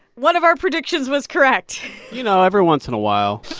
one of our predictions was correct you know, every once in a while